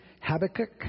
Habakkuk